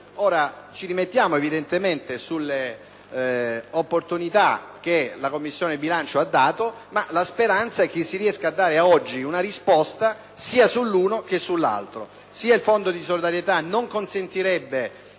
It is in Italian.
Ci rimettiamo, evidentemente, al parere che la Commissione bilancio ha dato, ma la speranza è che si riesca a dare oggi una risposta sia all'uno sia all'altro